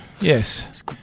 yes